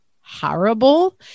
horrible